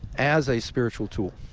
as a spiritual tool.